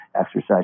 exercise